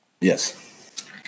Yes